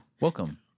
Welcome